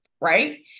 right